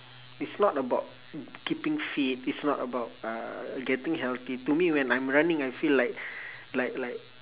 it's not about keeping fit is not about uh getting healthy to me when I'm running I feel like like like